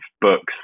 books